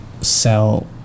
sell